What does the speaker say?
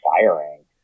firing